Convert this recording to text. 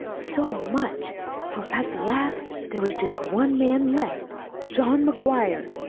so much for at the last there was just one man left john mcguire.